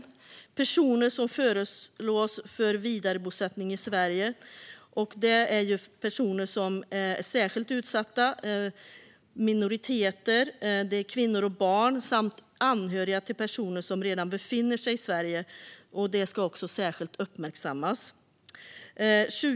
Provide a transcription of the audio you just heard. Av de personer som föreslås för vidarebosättning i Sverige ska utsatta minoriteter, kvinnor och barn samt anhöriga till personer som redan befinner sig i Sverige särskilt uppmärksammas.